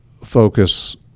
focus